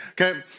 Okay